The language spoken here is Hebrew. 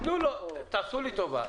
תעשו לי טובה,